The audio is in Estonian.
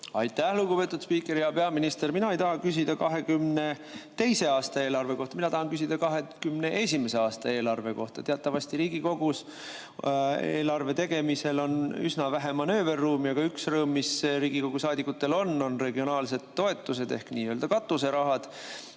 Aitäh, lugupeetud spiiker! Hea peaminister! Mina ei taha küsida 2022. aasta eelarve kohta, mina tahan küsida 2021. aasta eelarve kohta. Teatavasti on Riigikogus eelarve tegemisel üsna vähe manööverruumi, aga üks rõõm, mis Riigikogu saadikutel on, on regionaalsed toetused ehk nii‑öelda katuserahad.